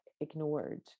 ignored